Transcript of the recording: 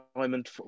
Diamond